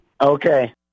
Okay